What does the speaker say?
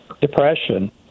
depression